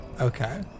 Okay